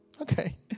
okay